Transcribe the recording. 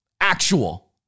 Actual